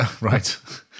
Right